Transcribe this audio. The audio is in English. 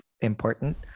important